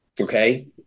Okay